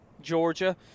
Georgia